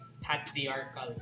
patriarchal